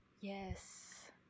yes